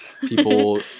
people